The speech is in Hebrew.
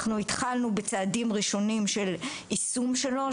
אנחנו התחלנו בצעדים ראשונים של יישום שלו,